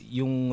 yung